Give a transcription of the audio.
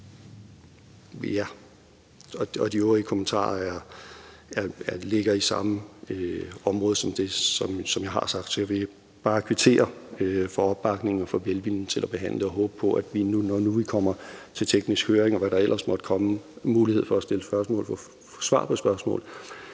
De øvrige kommentarer ligger inden for samme områder som det, jeg har sagt, så jeg vil bare kvittere for opbakningen og for velviljen til at behandle det og håbe på, at man, når nu vi kommer til teknisk høring, og hvad der ellers måtte komme af muligheder for at stille spørgsmål,